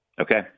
Okay